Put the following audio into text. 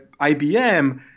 IBM